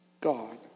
God